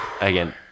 again